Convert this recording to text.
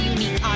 Unique